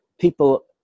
people